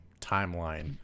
timeline